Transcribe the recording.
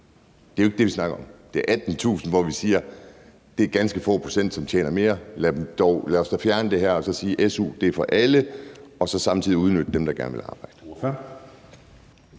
Det er jo ikke det, vi snakker om, vi snakker om 18.000 kr., og det er ganske få procent, der tjener mere end det. Lad os da fjerne det her og sige, at su er for alle, og så samtidig udnytte, at der er nogle, der gerne vil arbejde.